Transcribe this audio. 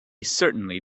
certainly